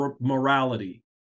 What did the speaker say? morality